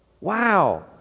Wow